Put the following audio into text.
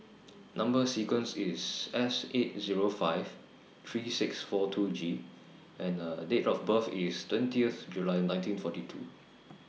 Number sequence IS S eight Zero five three six four two G and Date of birth IS twentieth July nineteen forty two